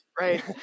Right